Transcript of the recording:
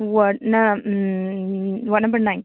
ꯋꯥꯔꯗꯅ ward number nine